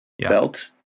Belt